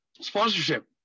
sponsorship